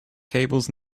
cables